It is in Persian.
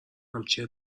همچین